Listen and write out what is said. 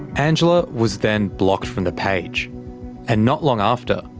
angela was then blocked from the page and not long after,